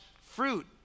fruit